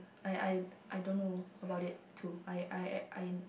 I I I don't know about it to I I I